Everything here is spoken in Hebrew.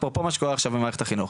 אפרופו מה שקורה עכשיו במערכת החינוך,